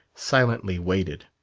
silently waited.